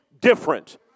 different